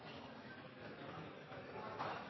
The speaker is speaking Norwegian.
Sine